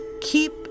Keep